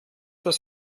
das